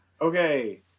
Okay